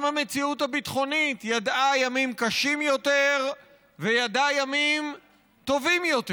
גם המציאות הביטחונית ידעה ימים קשים יותר וידעה ימים טובים יותר.